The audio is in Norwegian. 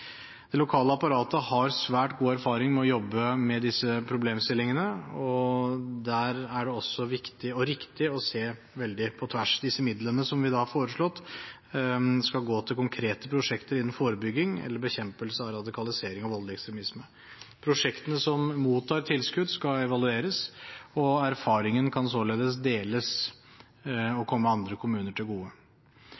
Det lokale apparatet har svært god erfaring med å jobbe med disse problemstillingene. Her er det også viktig og riktig å se veldig på tvers. Disse midlene – som vi da har foreslått – skal gå til konkrete prosjekter innen forebygging eller til bekjempelse av radikalisering og voldelig ekstremisme. Prosjektene som mottar tilskudd, skal evalueres. Erfaringen kan således deles og komme andre kommuner til gode.